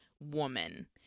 woman